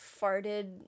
farted